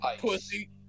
Pussy